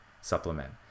supplement